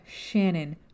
Shannon